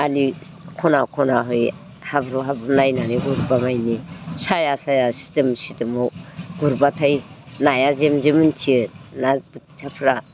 आलि ख'ना ख'नाहै हाब्रु हाब्रु नायनानै गुरबामानि साया साया सिदोम सिदोमाव गुरबाथाइ नाया जेम जेम उन्थियो ना बोथियाफ्रा